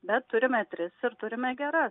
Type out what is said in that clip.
bet turime tris ir turime geras